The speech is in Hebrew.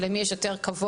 של למי יש יותר כבוד,